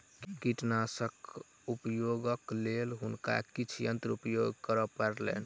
कीटनाशकक उपयोगक लेल हुनका किछ यंत्र उपयोग करअ पड़लैन